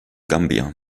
gambia